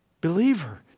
Believer